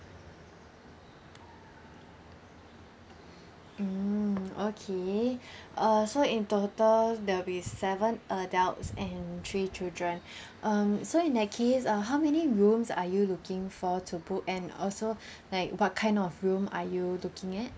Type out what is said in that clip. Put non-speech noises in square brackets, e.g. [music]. [breath] mm okay [breath] uh so in total there will be seven adults and three children [breath] um so in that case uh how many rooms are you looking for to book and also [breath] like what kind of room are you looking at